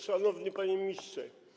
Szanowny Panie Ministrze!